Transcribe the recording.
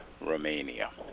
Romania